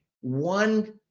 one